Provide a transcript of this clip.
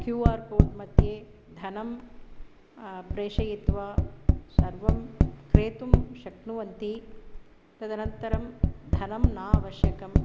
Q R कोड्मध्ये धनं प्रेषयित्वा सर्वं क्रेतुं शक्नुवन्ति तदनन्तरं धनं न आवश्यकम्